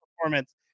performance